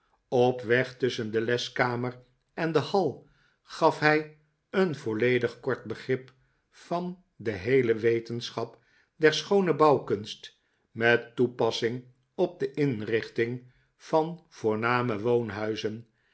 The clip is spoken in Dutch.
op weg tusschen de leskamer en de hall gaf hij een volledig kort begrip van de heele wetenschap der schoone bouwkunst met toepassing op de inrichting van voorname woonhuizen